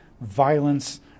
violence